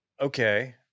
Okay